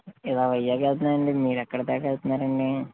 ఇలా వైజాగ్ వెళ్తున్నానండి మీరెక్కడ దాకా వెళ్తున్నారండి